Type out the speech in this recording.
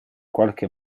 qualche